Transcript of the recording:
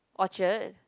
Orchard